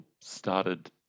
started